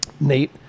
nate